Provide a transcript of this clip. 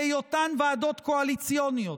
בהיותן ועדות קואליציוניות,